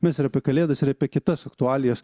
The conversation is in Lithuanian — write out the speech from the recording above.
mes ir apie kalėdas ir apie kitas aktualijas